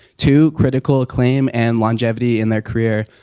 two, critical acclaim and longevity in their career,